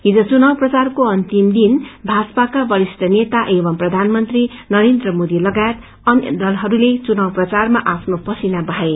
हिज चुनाव प्रचारको अन्तिम दिन भाजपाका वरिष्ठ नेता एवं प्रधानमंत्री नरेन्द्र मोदी लागायत अन्य दलहरूले चुनाव प्रचारमा आफ्नो पसीना बहाए